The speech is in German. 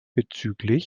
bzgl